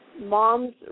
moms